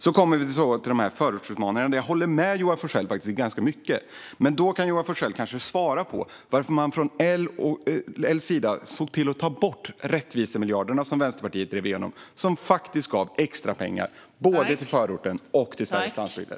Så kommer vi till förortsutmaningarna, där jag håller med Joar Forssell om ganska mycket. Men då kan Joar Forssell kanske svara på varför man från Liberalernas sida såg till att ta bort de rättvisemiljarder som Vänsterpartiet drev igenom och som faktiskt gav extrapengar både till förorten och till Sveriges landsbygder.